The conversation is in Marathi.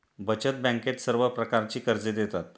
बचत बँकेत सर्व प्रकारची कर्जे देतात